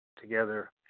together